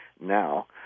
now